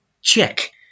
check